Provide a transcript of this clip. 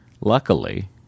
luckily